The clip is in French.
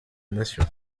nation